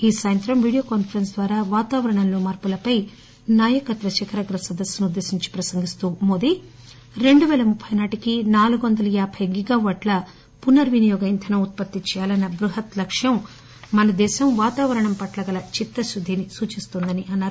ఈ సాయంత్రం video conference ద్వారా వాతావరణంలో మార్పులపై నాయకత్వ శిఖరాగ్ర సదస్సును ఉద్దేశించి ప్రసంగిస్తూ నరేంద్ర మోదీ రెండు వెయ్యి ముప్పి నాటికి నాలుగు వందల యాబై గిగావాట్ల పునర్వినియోగ ఇంధనం ఉత్పత్తి చేయాలన్న బృహత్ లక్ష్యం మన దేశం వాతావరణం పట్లకల చిత్త కుద్దిని సూచిస్తుందని అన్నారు